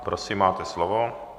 Prosím, máte slovo.